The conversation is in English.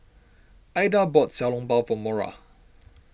Aida bought Xiao Long Bao for Mora